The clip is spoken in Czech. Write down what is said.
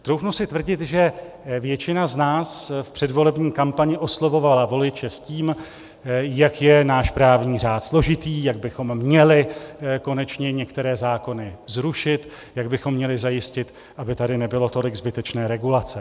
Troufnu si tvrdit, že většina z nás v předvolební kampani oslovovala voliče s tím, jak je náš právní řád složitý, jak bychom měli konečně některé zákony zrušit, jak bychom měli zajistit, aby tady nebylo tolik zbytečné regulace.